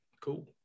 cool